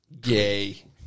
Gay